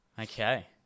Okay